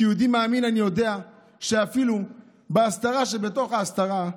כיהודי מאמין אני יודע שאפילו בהסתרה שבתוך ההסתרה,